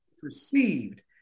perceived